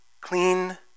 clean